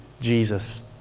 Jesus